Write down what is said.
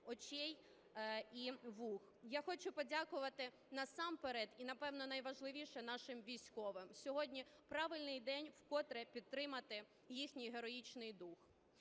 очей і вух. Я хочу подякувати насамперед, і, напевно, найважливіше, нашим військовим, сьогодні правильний день вкотре підтримати їхній героїчний дух.